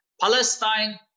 Palestine